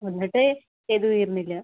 എന്നിട്ടേ ചെയ്തു തീർന്നില്ല